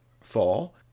fall